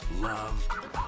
love